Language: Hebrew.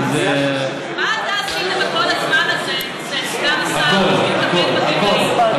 מה אתה עשית בכל הזמן הזה, סגן השר, לטפל בגמלאים?